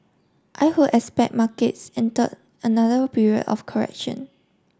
I would expect markets entered another period of correction